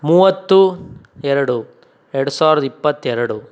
ಮೂವತ್ತು ಎರಡು ಎರಡು ಸಾವಿರದ ಇಪ್ಪತ್ತೆರಡು